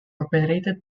operated